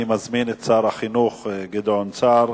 אני מזמין את שר החינוך גדעון סער